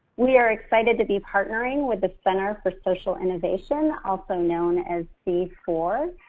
we are excited to be partnering with the center for social innovation, also known as c four.